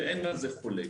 ואין על זה חולק.